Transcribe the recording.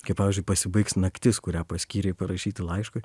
kai pavyzdžiui pasibaigs naktis kurią paskyrei parašyti laiškui